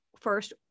first